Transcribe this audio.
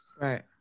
right